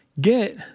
get